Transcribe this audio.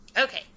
Okay